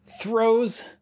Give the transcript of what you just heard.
throws